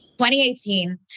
2018